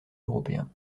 européen